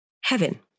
heaven